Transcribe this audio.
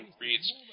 reads